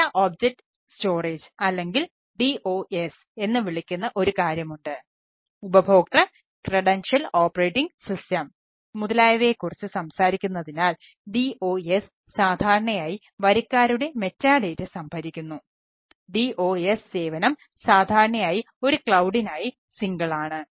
data object storage ആണ്